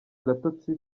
agatotsi